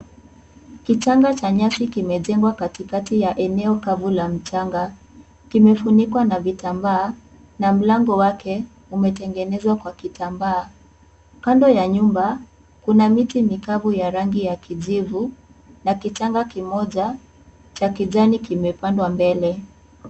Kichanga cha nyasi kimejengwa katikati ya eneo kavu la mchanga. Kimefunikwa na vitambaa, na mlango wake umetengenezwa kwa kitambaa. Kando ya nyumba, kuna miti mikavu ya rangi ya kijivu, na kitanda kimoja, cha kijani kimepandwa mbele.